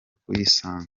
kuyisana